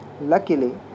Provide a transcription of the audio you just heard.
Luckily